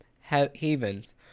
havens